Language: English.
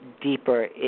deeper